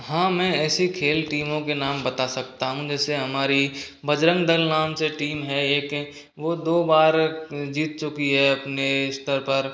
हाँ मैं ऐसी खेल टीमों के नाम बता सकता हूँ जैसे हमारी बजरंग दल नाम से टीम है एक वो दो बार जीत चुकी है अपने स्तर पर